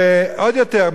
עוד יותר,